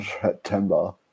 September